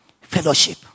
Fellowship